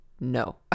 no